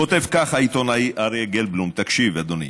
כותב ככה העיתונאי אריה גלבלום, תקשיב, אדוני: